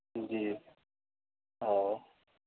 جی اوہ